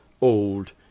old